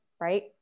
right